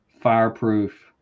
fireproof